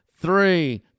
three